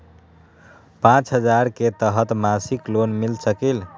पाँच हजार के तहत मासिक लोन मिल सकील?